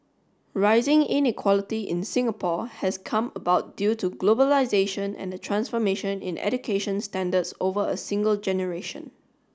rising inequality in Singapore has come about due to globalisation and the transformation in education standards over a single generation